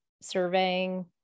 surveying